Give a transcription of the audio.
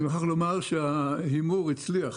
אני מוכרח לומר שההימור הצליח.